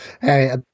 Hey